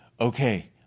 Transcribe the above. okay